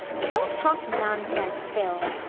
don't talk nonsense, phil.